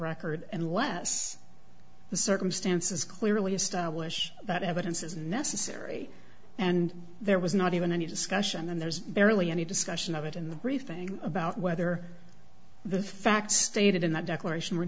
record unless the circumstances clearly establish that evidence is necessary and there was not even any discussion and there's barely any discussion of it in the briefing about whether the facts stated in that declaration were